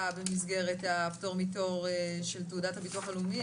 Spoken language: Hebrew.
במסגרת הפטור מתור של תעודת הביטוח הלאומי.